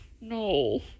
No